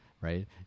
right